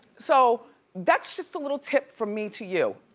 so that's just a little tip from me to you.